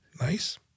nice